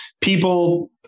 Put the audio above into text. people